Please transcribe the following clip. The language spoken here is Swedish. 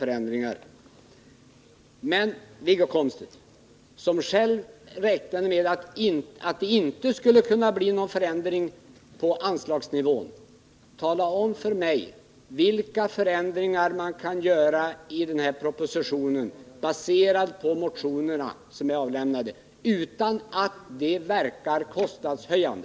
Men, Wiggo Komstedt, som ju själv räknade med att det inte skulle kunna bli någon förändring på anslagsnivån, tala om för mig vilka förändringar, baserade på de motioner som avlämnats, som man kan göra i den här propositionen utan att de verkar kostnadshöjande!